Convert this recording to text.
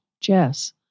Jess